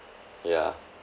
ya